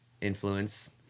influence